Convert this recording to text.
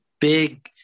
big